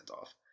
off